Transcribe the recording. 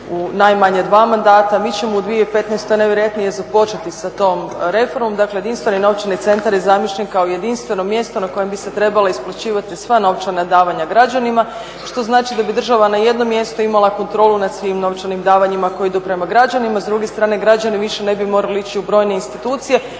u najmanje dva mandata. Mi ćemo u 2015. najvjerojatnije započeti sa tom reformom. Dakle, jedinstveni novčani centar je zamišljen kao jedinstveno mjesto na kojem bi se trebala isplaćivati sva novčana davanja građanima, što znači da bi država na jednom mjestu imala kontrolu nad svim novčanim davanjima koji idu prema građanima. S druge strane, građani više ne bi morali ići u brojne institucije,